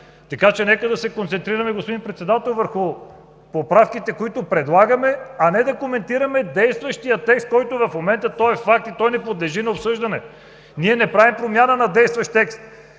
Така че нека да се концентрираме, господин Председател, върху поправките, които предлагаме, а не да коментираме действащия текст, който в момента е факт и не подлежи на обсъждане. Ние не правим промяна на действащ текст,